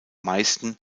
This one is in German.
meisten